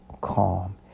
calm